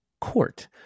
court